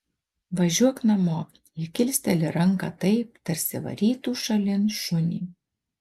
važiuok namo ji kilsteli ranką taip tarsi varytų šalin šunį